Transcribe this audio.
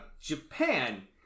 Japan